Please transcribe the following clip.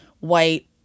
white